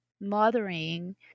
mothering